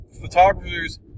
photographers